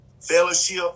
fellowship